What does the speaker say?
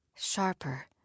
sharper